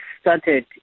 started